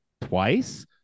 twice